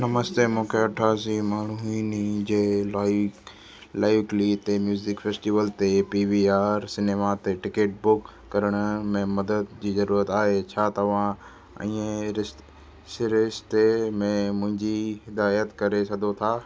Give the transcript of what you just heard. नमस्ते मूंखे अठासी माण्हुनि जे लाइ लाइटली ते म्यूज़िक फेस्टीवल ते पी वी आर सिनेमा ते टिकट बुक करण में मदद जी ज़रूरत आहे छा तव्हां अईंअ सिरिश्ते में मुंहिंजी हिदायत करे सघो था